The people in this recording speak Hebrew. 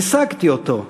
/ השגתי אותו,